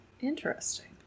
Interesting